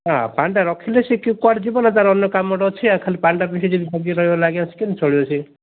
ହଁ ପାଣିଟା ରଖିଲେ ସିଏ କିଏ କୁଆଡ଼େ ଯିବ ନା ତାର ଅନ୍ୟ କାମ ଅଛି ଖାଲି ପାଣିଟା ପାଇଁ ଯଦି ଜଗିକି ରହିବ ଲାଗି ରହିବ କେମିତି ଚଳିବ ସେ